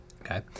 Okay